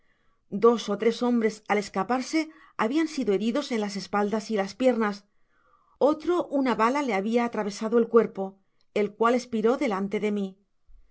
dos ó tres hombres al escaparse habian sido heridos en las espaldas y las piernas otro una bala le habia atra vesado el cuerpo el cual espiró delante de mi